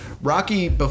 Rocky